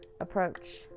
approach